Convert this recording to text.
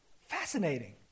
Fascinating